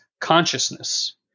consciousness